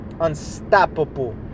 unstoppable